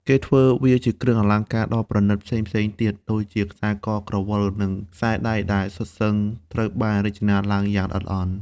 គេធ្វើវាជាគ្រឿងអលង្ការដ៏ប្រណិតផ្សេងៗទៀត ដូចជាខ្សែក ក្រវិល និងខ្សែដៃ ដែលសុទ្ធសឹងត្រូវបានរចនាឡើងយ៉ាងល្អិតល្អន់។